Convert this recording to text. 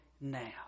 now